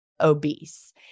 obese